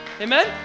Amen